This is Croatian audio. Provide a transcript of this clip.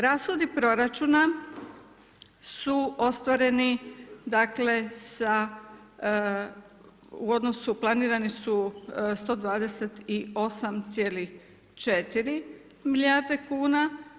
Rashodi proračuna su ostvareni dakle sa, u odnosu, planirani su 128,4 milijarde kuna.